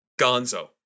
Gonzo